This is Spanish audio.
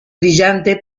brillante